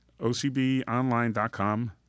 ocbonline.com